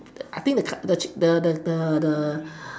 I think the the the